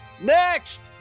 Next